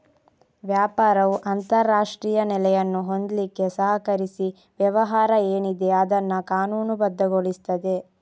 ವ್ಯಾಪಾರವು ಅಂತಾರಾಷ್ಟ್ರೀಯ ನೆಲೆಯನ್ನು ಹೊಂದ್ಲಿಕ್ಕೆ ಸಹಕರಿಸಿ ವ್ಯವಹಾರ ಏನಿದೆ ಅದನ್ನ ಕಾನೂನುಬದ್ಧಗೊಳಿಸ್ತದೆ